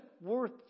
worth